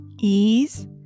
ease